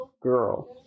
girl